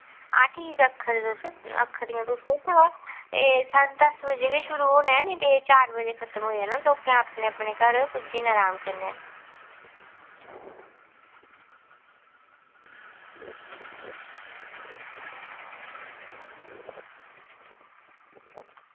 हां ठीक आक्खा दे तुस आक्खा दियां तुस ते एह् साड्ढे दस बजे गै शुरू होना ऐ निं ते चार बजे खतम होई जाना लोकें अपने अपने घर पुज्जी जाना अराम कन्नै